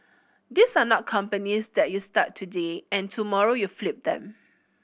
these are not companies that you start today and tomorrow you flip them